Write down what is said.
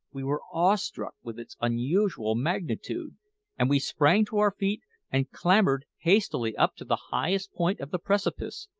we were awestruck with its unusual magnitude and we sprang to our feet, and clambered hastily up to the highest point of the precipice,